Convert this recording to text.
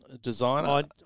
designer